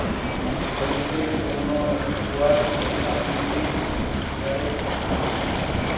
कबूतरेर त न रखाल दाना बिल्ली बिखरइ दिले